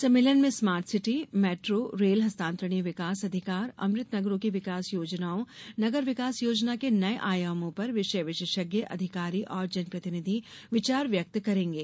सम्मेलन में smart city metro rail हस्तांतरणीय विकास अधिकार अमृत नगरों की विकास योजनाओं नगर विकास योजना के नये आयामों पर विषय विशेषज्ञ अधिकारी और जन प्रतिनिधि विचार व्यक्त करेंगे